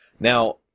Now